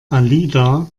alida